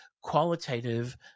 qualitative